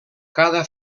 cada